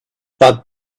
but